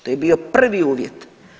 To je bio prvi uvjet.